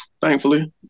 thankfully